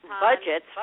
budgets